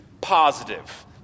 positive